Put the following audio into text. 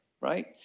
right